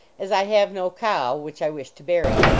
as i have no cow which i wih to bury.